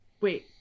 Wait